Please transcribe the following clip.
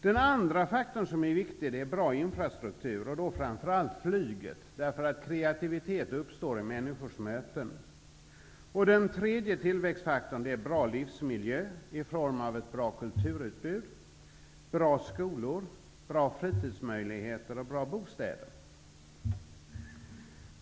Den andra tillväxtfaktorn som är viktig är bra infrastruktur, framför allt när det gäller flyget. Kreativitet uppstår nämligen vid människors möten. Den tredje tillväxtfaktorn är bra livsmiljö i form av ett bra kulturutbud, bra skolor, bra fritidsmöjligheter och bra bostäder.